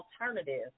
alternative